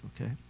okay